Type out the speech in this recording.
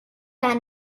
gar